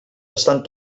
estan